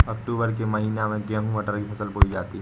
अक्टूबर के महीना में गेहूँ मटर की फसल बोई जाती है